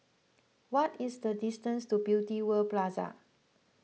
what is the distance to Beauty World Plaza